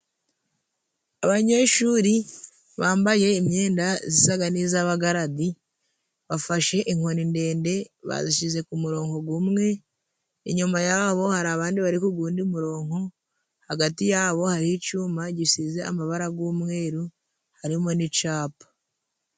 Abanyeshuri bambaye imyenda zisaga n'iz'abagaradi bafashe inkoni ndende bazishyize ku murongo gumwe inyuma yabo hari abandi bari kugundi muronko hagati yabo hari icuma gisize amabara g'umweru harimo n'icapa.